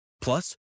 Plus